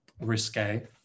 risque